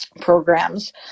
programs